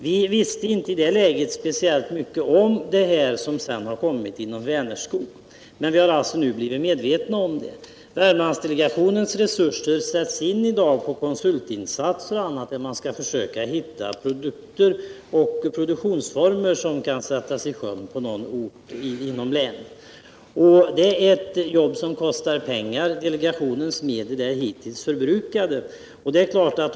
Vi visste då inte speciellt mycket om det som kommit inom Vänerskog, men vi har senare blivit medvetna om det. Värmlandsdelegationens resurser sätts i dag in på konsultinsatser och annat i försöken att hitta produkter och produktionsformer som kan sättas i sjön på någon ort inom länet. Det är ett jobb som kostar pengar, och delegationens hittills anvisade medel är förbrukade.